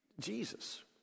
Jesus